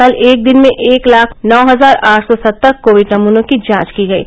कल एक दिन में एक लाख नौ हजार आठ सौ सत्तर कोविड नमूनों की जांच की गयी